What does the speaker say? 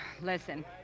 Listen